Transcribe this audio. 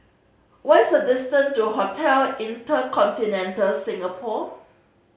what's this distance to Hotel InterContinental Singapore